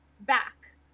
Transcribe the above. back